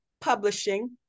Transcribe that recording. publishing